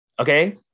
Okay